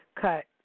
cut